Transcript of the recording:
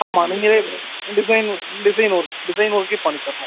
ஆமாம் நீங்கள் தான் design work design work design ஒர்க்கையும் பண்ணித் தரணும்